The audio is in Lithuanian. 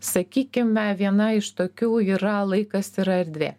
sakykime viena iš tokių yra laikas yra erdvė